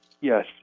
Yes